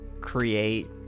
create